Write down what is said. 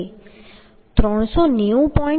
જે 390